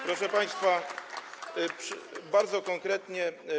Proszę państwa, bardzo konkretnie.